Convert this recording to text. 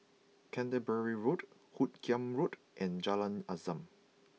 Canterbury Road Hoot Kiam Road and Jalan Azam